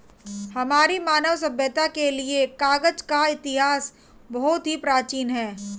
हमारी मानव सभ्यता के लिए कागज का इतिहास बहुत ही प्राचीन है